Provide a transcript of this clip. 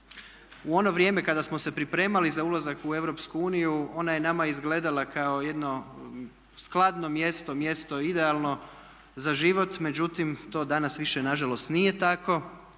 U ono vrijeme kada smo se pripremali za ulazak u EU ona je nama izgledala kao jedno skladno mjesto, mjesto idealno za život međutim to danas više nažalost nije tako,